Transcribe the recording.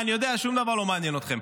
אני יודע, שום דבר לא מעניין אתכם.